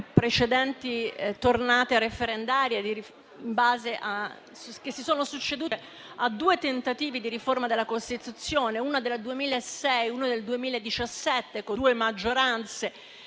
precedenti tornate referendarie, che si sono succedute a due tentativi di riforma della Costituzione, uno del 2006 e uno del 2017, con due maggioranze